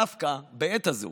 דווקא בעת הזאת,